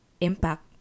impact